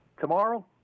tomorrow